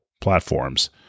platforms